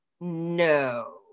no